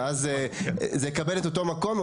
ואז זה יקבל את אותו מקום,